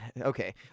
Okay